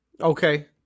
Okay